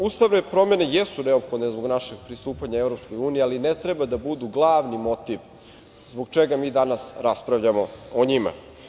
Ustavne promene jesu neophodne zbog našeg pristupanja EU, ali ne treba da budu glavni motiv zbog čega mi danas raspravljamo o njima.